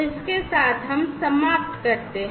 इस के साथ हम समाप्त करते हैं